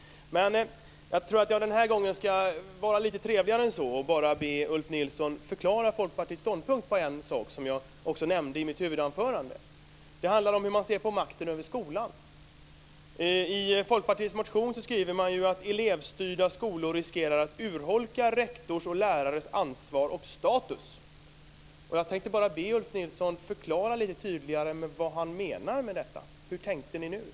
Nej, jag tror att jag den här gången ska vara lite trevligare än så och bara be Ulf Nilsson att förklara folkpartiets ståndpunkt i en fråga som jag också nämnde i mitt huvudanförande. Det handlar om hur man ser på makten över skolan. I Folkpartiets motion skriver man att "elevstyrda skolor riskerar att urholka rektors och lärares ansvar och status". Jag tänkte be Ulf Nilsson förklara lite tydligare vad han menar med detta. Hur har ni tänkt?